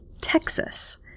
Texas